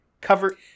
Cover